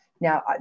Now